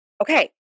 Okay